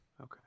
okay